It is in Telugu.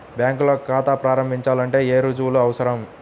బ్యాంకులో ఖాతా ప్రారంభించాలంటే ఏ రుజువులు అవసరం?